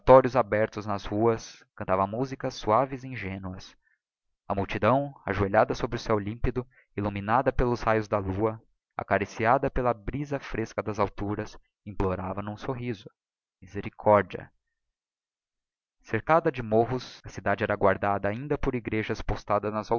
oratórios abertos nas ruas cantava musicas suaves e ingénuas a multidão ajoelhada sob o céo límpido illuminada pelos raios da lua acariciada pela brisa fresca das alturas implorava n'um sorriso misericórdia cercada de morros a cidade era guardada ainda por erejas postadas